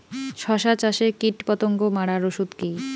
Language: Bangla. শসা চাষে কীটপতঙ্গ মারার ওষুধ কি?